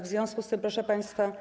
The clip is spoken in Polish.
W związku z tym, proszę państwa.